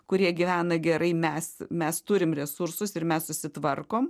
kurie gyvena gerai mes mes turim resursus ir mes susitvarkom